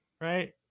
right